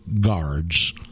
guards